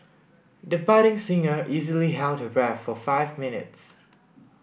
the budding singer easily held her breath for five minutes